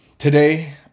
Today